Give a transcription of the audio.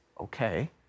okay